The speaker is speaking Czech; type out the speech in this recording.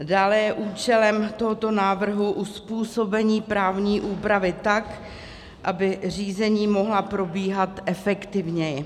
Dále je účelem tohoto návrhu uzpůsobení právní úpravy tak, aby řízení mohla probíhat efektivněji.